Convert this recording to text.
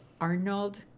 Arnold